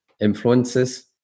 influences